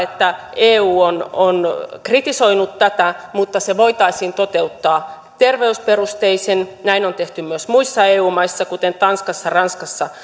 että eu on on kritisoinut tätä mutta se voitaisiin toteuttaa terveysperustein näin on tehty myös muissa eu maissa kuten tanskassa ranskassa